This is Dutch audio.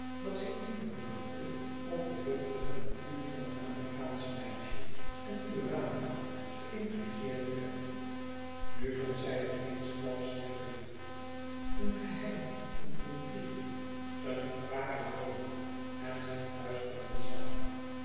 dat zij indruk maakte op de luchtige natuur van het amerikaansche meisje en urania geintrigeerd werd nu vond zij het eensklaps zeer gewichtig een geheim een intrigue een gevaar in rome en zij fluisterden samen